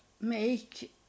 make